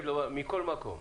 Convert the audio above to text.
מכל מקום.